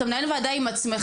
אתה מנהל ועדה עם עצמך,